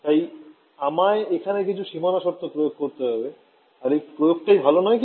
তাই আমায় এখানে কিছু সীমানা শর্ত প্রয়োগ করতে হবে আর এই প্রয়োগটাই ভাল নয় কি